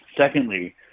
secondly